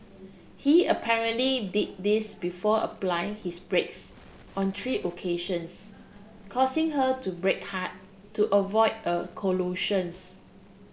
he apparently did this before applying his brakes on three occasions causing her to brake hard to avoid a